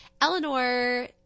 Eleanor